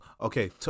Okay